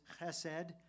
chesed